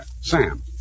Sam